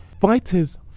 fighters